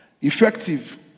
Effective